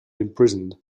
imprisoned